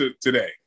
today